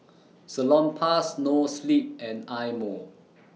Salonpas Noa Sleep and Eye Mo